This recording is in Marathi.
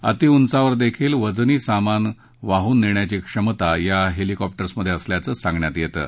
अतिउंचावर देखील वजनी सामान वाहून नेण्याची क्षमता या हेलिकॉप्टर्समधे असल्याचं सांगण्यात येतं